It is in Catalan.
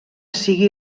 sigui